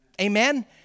Amen